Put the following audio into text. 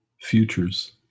futures